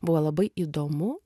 buvo labai įdomu